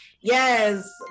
yes